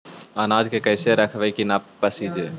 अनाज के कैसे रखबै कि न पसिजै?